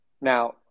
Now